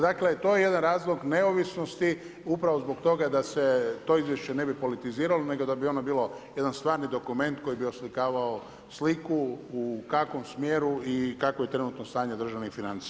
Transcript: Dakle to je jedan razlog neovisnosti upravo zbog toga da se to izvješće ne bi politiziralo nego da bi ono bilo jedan stvarni dokument koji bi oslikavao sliku u kakvom smjeru i kakvo je trenutno stanje državnih financija.